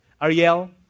Ariel